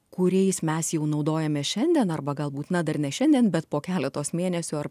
kuriais mes jau naudojamės šiandien arba galbūt na dar ne šiandien bet po keletos mėnesių ar